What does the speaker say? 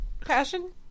Passion